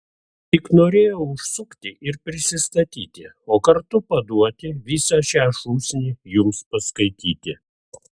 tik norėjau užsukti ir prisistatyti o kartu paduoti visą šią šūsnį jums paskaityti